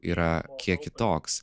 yra kiek kitoks